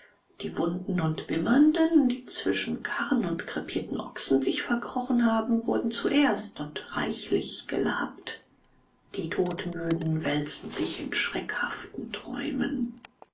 die wunden und wimmernden die zwischen karren und krepierten ochsen sich verkrochen haben wurden zuerst und reichlich gelabt die todmüden wälzen sich in schreckhaften träumen